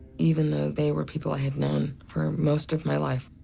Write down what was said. even though they were people i had known for most of my life.